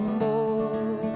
more